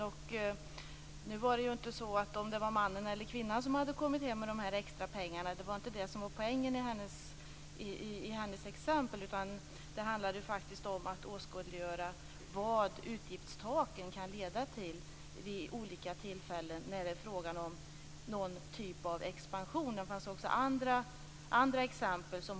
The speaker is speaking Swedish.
Det var inte så att poängen i hennes exempel var om det var mannen eller kvinnan som hade kommit hem med de extra pengarna, utan det handlade om att åskådliggöra vad utgiftstak kan leda till vid olika tillfällen när det är fråga om någon typ av expansion. Hon gav också andra exempel.